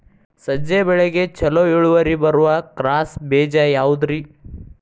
ಸಜ್ಜೆ ಬೆಳೆಗೆ ಛಲೋ ಇಳುವರಿ ಬರುವ ಕ್ರಾಸ್ ಬೇಜ ಯಾವುದ್ರಿ?